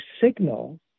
signal